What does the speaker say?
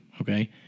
okay